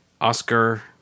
Oscar